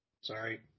Sorry